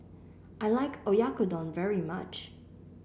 I like Oyakodon very much